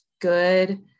good